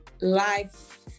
life